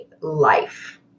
life